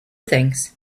things